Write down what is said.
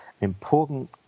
important